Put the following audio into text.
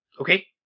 Okay